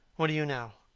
what are you now?